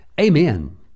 amen